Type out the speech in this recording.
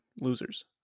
losers